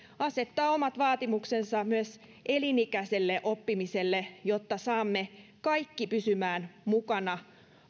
asettaa omat vaatimuksensa myös elinikäiselle oppimiselle jotta saamme kaikki pysymään mukana